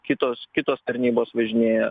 kitos kitos tarnybos važinėja